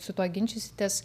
su tuo ginčysitės